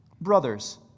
Brothers